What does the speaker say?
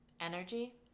energy